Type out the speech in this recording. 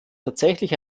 tatsächlich